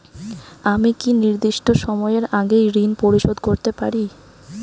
আমি কি নির্দিষ্ট সময়ের আগেই ঋন পরিশোধ করতে পারি?